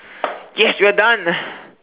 yes we're done